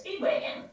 Speedwagon